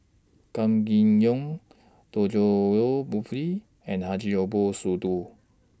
Kam Kee Yong Djoko Wibisono and Haji Ambo Sooloh